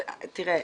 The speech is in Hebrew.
תראה,